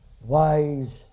wise